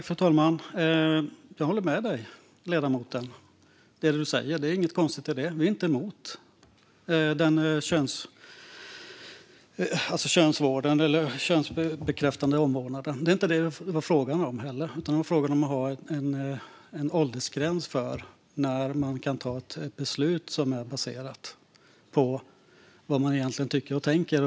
Fru talman! Jag håller med ledamoten i det hon säger. Det är inget konstigt i det. Vi är inte emot könsvården eller den könsbekräftande omvårdnaden. Det är inte detta frågan gäller, utan det handlar om en åldersgräns för när man ska kunna ta ett beslut som är baserat på vad man egentligen tycker och tänker.